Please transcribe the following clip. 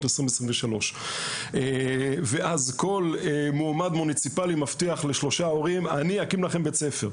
2023. כל מועמד מוניציפאלי מבטיח לשלושה הורים שהוא יקים בית ספר.